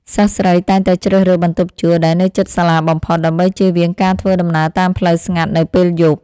សិស្សស្រីតែងតែជ្រើសរើសបន្ទប់ជួលដែលនៅជិតសាលាបំផុត ដើម្បីជៀសវាងការធ្វើដំណើរតាមផ្លូវស្ងាត់នៅពេលយប់។